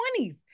20s